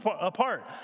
apart